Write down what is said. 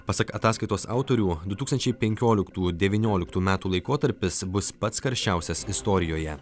pasak ataskaitos autorių du tūkstančiai penkioliktų devynioliktų metų laikotarpis bus pats karščiausias istorijoje